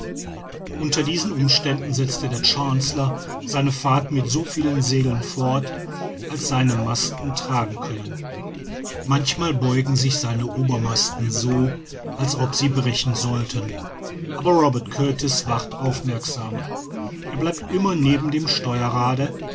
unter diesen umständen setzt der chancellor seine fahrt mit so vielen segeln fort als seine masten tragen können manchmal beugen sich seine obermasten so als ob sie brechen sollten aber robert kurtis wacht aufmerksam er bleibt immer neben dem steuerrade